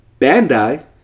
Bandai